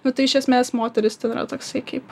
nu tai iš esmės moterys ten yra toksai kaip